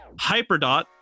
HyperDot